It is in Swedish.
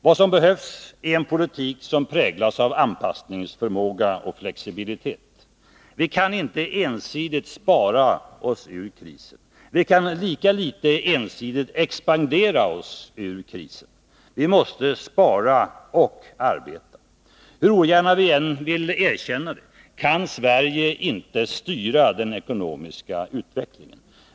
Vad som behövs är en politik som präglas av anpassningsförmåga och flexibilitet. Vi kan inte ensidigt spara oss ur krisen. Lika litet kan vi ensidigt expandera oss ur den. Vi måste spara och arbeta. Hur ogärna vi än vill erkänna det kan Sverige inte styra den ekonomiska utvecklingen.